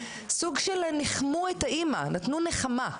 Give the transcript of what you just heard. סוג של ניחמו את האימא נתנו נחמה,